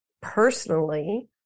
personally